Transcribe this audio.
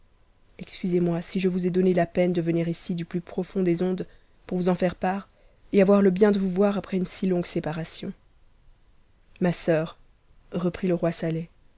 excusez-moi si je vous ai donné la peine de venir ici du plus profond des ondes pour vous en faire part et avoir le bien de voos voir après une si longue séparation ma soeur reprit le roi